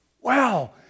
Wow